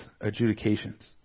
adjudications